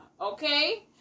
Okay